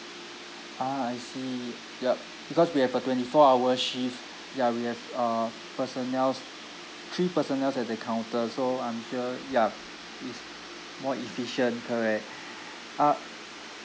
ah I see yup because we have a twenty four hour shift ya we have uh personnels three personnels at the counter so I'm sure yup it's more efficient correct ah